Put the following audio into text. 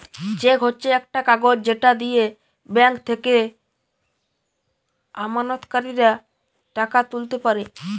check হচ্ছে একটা কাগজ যেটা দিয়ে ব্যাংক থেকে আমানতকারীরা টাকা তুলতে পারে